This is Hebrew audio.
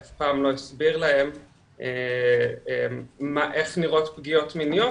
אף פעם לא הסביר להם איך נראות פגיעות מיניות,